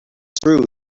true